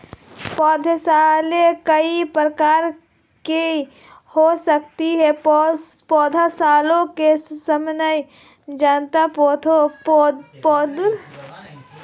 पौधशालाएँ कई प्रकार की हो सकती हैं पौधशालाओं से सामान्य जनता पौधे खरीद सकती है